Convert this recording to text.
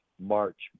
march